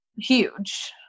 huge